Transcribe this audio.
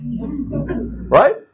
Right